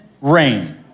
rain